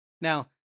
Now